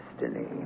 Destiny